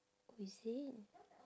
oh is it